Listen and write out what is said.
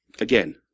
Again